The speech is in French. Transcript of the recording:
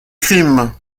crime